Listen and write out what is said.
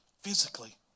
physically